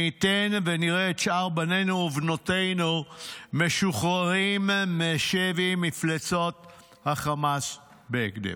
מי ייתן ונראה את שאר בנינו ובנותינו משוחררים משבי מפלצות החמאס בהקדם.